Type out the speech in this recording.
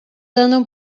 andam